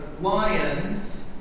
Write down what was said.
lions